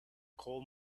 coal